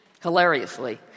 Hilariously